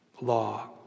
Law